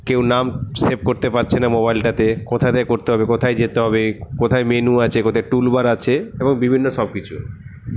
কেউ নাম সেভ করতে পারছে না মোবাইলটাতে কোথা থেকে করতে হবে কোথায় যেতে হবে কোথায় মেনু আছে কোথায় টুল বার আছে এবং বিভিন্ন সব কিছু